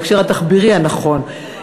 בהקשר התחבירי הנכון.